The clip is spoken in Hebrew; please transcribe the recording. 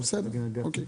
בסדר, אוקיי.